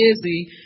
busy